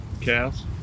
cows